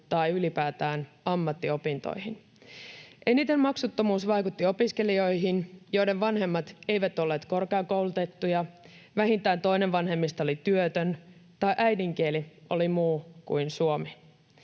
tai ylipäätään ammattiopintoihin. Eniten maksuttomuus vaikutti opiskelijoihin, joiden vanhemmat eivät olleet korkeakoulutettuja tai joilla vähintään toinen vanhemmista oli työtön tai äidinkieli oli muu kuin suomi.